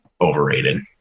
overrated